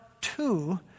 two